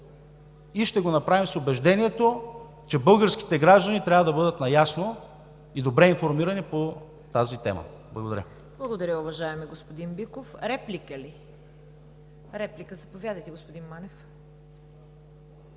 и ще го направим с убеждението, че българските граждани трябва да бъдат наясно и добре информирани по тази тема. Благодаря. ПРЕДСЕДАТЕЛ ЦВЕТА КАРАЯНЧЕВА: Благодаря, уважаеми господин Биков. Реплика ли? Реплика – заповядайте, господин Манев.